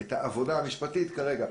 את העבודה המשפטית כרגע.